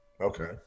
okay